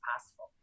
possible